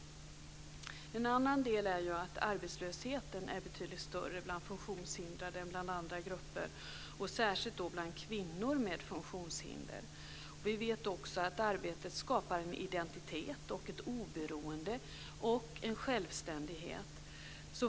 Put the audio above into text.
En annan del är ju att arbetslösheten är betydligt större bland funktionshindrade än bland andra grupper, och särskilt då bland kvinnor med funktionshinder. Vi vet också att arbetet skapar en identitet, ett oberoende och en självständighet.